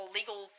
legal